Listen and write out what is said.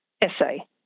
essay